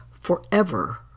forever